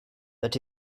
that